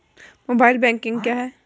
Mobile banking क्या है?